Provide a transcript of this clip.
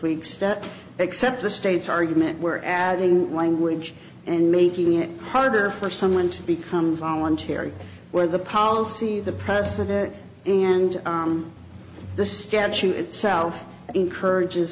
weeks that except the state's argument where adding language and making it harder for someone to become voluntary where the policy the president and the statute itself encourages